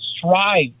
strive